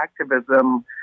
activism